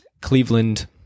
Cleveland